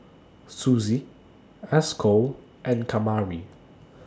Suzy Esco and Kamari